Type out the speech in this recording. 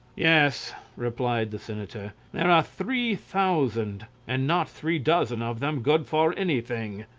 yes, replied the senator, there are three thousand, and not three dozen of them good for anything.